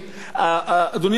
אדוני היושב-ראש,